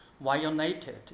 violated